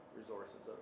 resources